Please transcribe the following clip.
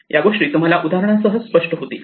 या गोष्टी तुम्हाला उदाहरणासह स्पष्ट होतील